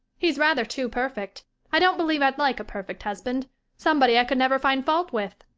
he's rather too perfect i don't believe i'd like a perfect husband somebody i could never find fault with.